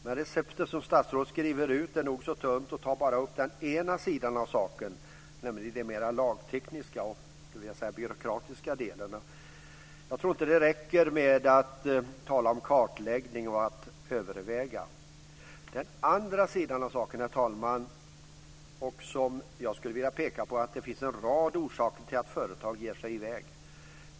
Det recept som statsrådet skriver ut är tunt och tar bara upp den ena sidan av saken, nämligen den mer lagtekniska och byråkratiska delen. Jag tror inte att det räcker att tala om "kartläggning" och att "överväga". Den andra sidan av saken, herr talman, är den rad av orsaker som gör att företag ger sig i väg.